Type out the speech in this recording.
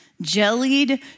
Jellied